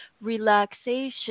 relaxation